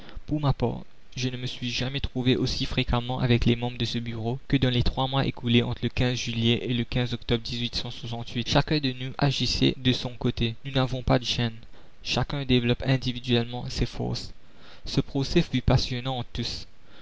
pour ma part je ne me suis jamais trouvé aussi fréquemment avec les membres de ce bureau que dans les trois mois écoulés entre le juillet et le octobre hacun de nous agissait de son côté nous n'avons pas de chaînes chacun développe individuellement ses forces ce procès fut passionnant entre tous